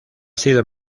sido